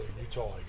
Utah